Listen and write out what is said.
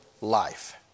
life